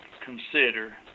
consider